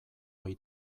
ohi